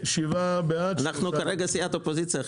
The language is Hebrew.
מי בעד ההסתייגויות?